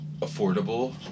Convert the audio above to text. affordable